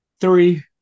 Three